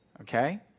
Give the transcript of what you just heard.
okay